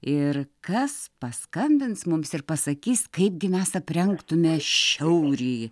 ir kas paskambins mums ir pasakys kaipgi mes aprengtume šiaurį